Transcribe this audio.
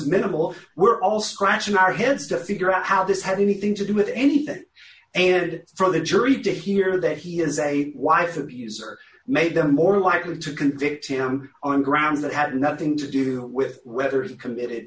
minimal we're all scratching our heads to figure out how this has anything to do with anything a good for the jury to hear that he is a wife abuser made them more likely to convict him on grounds that have nothing to do with whether he committed